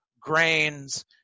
grains